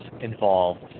involved